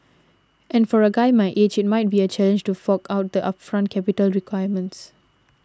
and for a guy my age it might be a challenge to fork out the upfront capital requirements